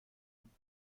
von